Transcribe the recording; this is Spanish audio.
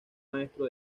maestro